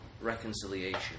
reconciliation